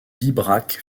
pibrac